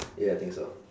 yeah I think so